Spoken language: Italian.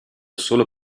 solo